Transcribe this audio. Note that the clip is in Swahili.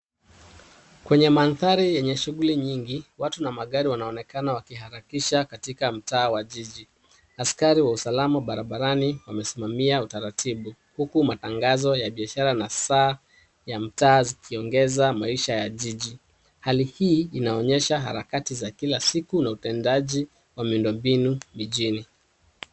Kwenye mandari yenye shughuli nyingi, watu na magari wanaonekana wakiharakisha katika mtaa wa jiji na Askari wa usalama barabarani wamesimama utaratibu huku matangazo ya biashara na saa ya mtaa zikionyesha ya jiji. Hali hii inaonyesha harakati za kila siku na utendaji wa miundo mbinu mjini.